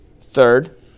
Third